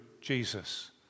Jesus